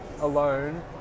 alone